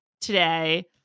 today